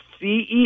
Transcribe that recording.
CEO